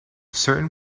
certain